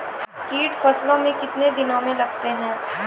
कीट फसलों मे कितने दिनों मे लगते हैं?